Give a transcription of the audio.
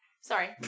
sorry